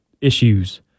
issues